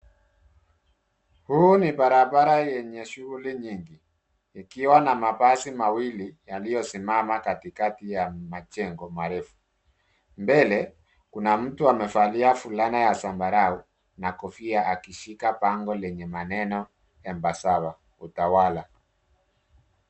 Huu ni barabara yenye shughuli nyingi ikiwa na mabasi mawili, yaliosimama katikati ya majengo, marefu. Mbele, kuna mtu amevalia fulana ya zambarau, na kofia akishika bango lenye maneno, embasava, utawala .